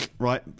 Right